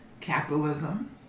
capitalism